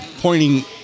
pointing